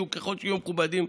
ככל שיהיו מכובדים,